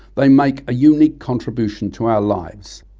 they make a unique contribution to our lives.